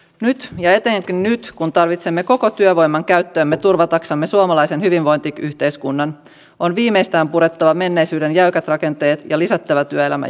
nyt ja etenkin nyt kun tarvitsemme koko työvoiman käyttöömme turvataksemme suomalaisen hyvinvointiyhteiskunnan on viimeistään purettava menneisyyden jäykät rakenteet ja lisättävä työelämän joustoja